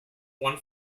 one